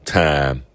time